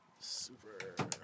Super